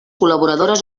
col·laboradores